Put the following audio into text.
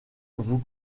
vous